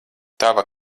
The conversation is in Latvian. tava